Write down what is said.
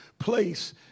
place